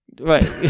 Right